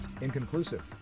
Inconclusive